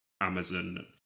Amazon